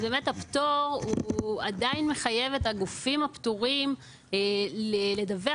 הפטור עדיין מחייב את הגופים הפטורים לדווח